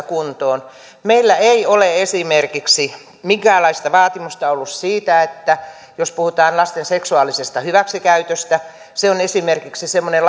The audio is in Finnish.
kuntoon meillä ei ole esimerkiksi minkäänlaista vaatimusta ollut siitä jos puhutaan lasten seksuaalisesta hyväksikäytöstä se on esimerkiksi semmoinen